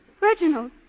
Reginald